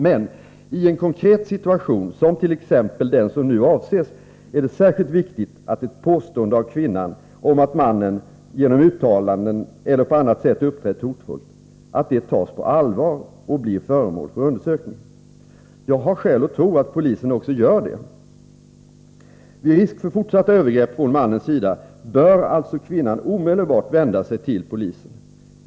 Men i en konkret situation som t.ex. den som nu avses är det särskilt viktigt att ett påstående av kvinnan om att mannen genom uttalanden eller på annat sätt uppträtt hotfullt tas på allvar och blir föremål för undersökning. Jag har skäl att tro att polisen också gör det. Vid risk för fortsatta övergrepp från mannens sida bör alltså kvinnan omedelbart vända sig till polisen.